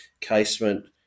casement